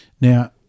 Now